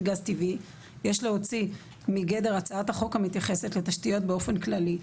גז טבעי יש להוציא מגדר הצעת החוק המתייחסת לתשתיות באופן כללי.